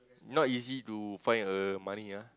not easy to find a money ah